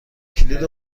کلید